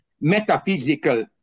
metaphysical